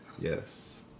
Yes